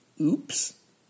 Oops